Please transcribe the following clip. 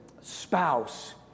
spouse